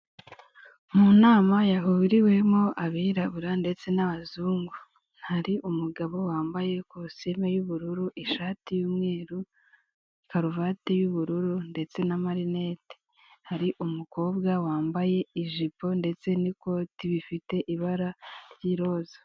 Mu nama yahuriwemo abirabura ndetse n'abazungu, hari umugabo wambaye kositime y'ubururu, ishati y'umweru, karuvati y'ubururu ndetse n'amarinete. Hari umukobwa wambaye ijipo ndetse n'ikoti bifite ibara ry'iroza.